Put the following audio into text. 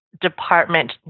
department